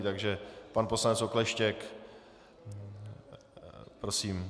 Takže pan poslanec Okleštěk, prosím.